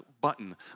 button